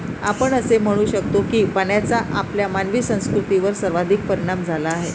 आपण असे म्हणू शकतो की पाण्याचा आपल्या मानवी संस्कृतीवर सर्वाधिक परिणाम झाला आहे